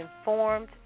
informed